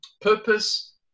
purpose